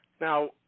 Now